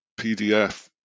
PDF